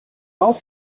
auch